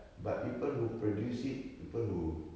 but people who produce it people who